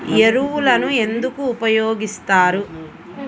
ఎరువులను ఎందుకు ఉపయోగిస్తారు?